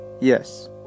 Yes